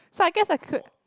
so I guess I could